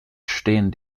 stehen